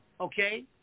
Okay